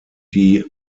die